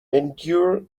endure